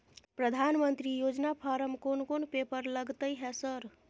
प्रधानमंत्री योजना फारम कोन कोन पेपर लगतै है सर?